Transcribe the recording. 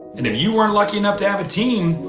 and if you weren't lucky enough to have a team,